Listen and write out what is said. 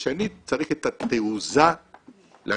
ושנית, צריך את התעוזה להגיד,